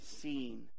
seen